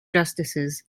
justices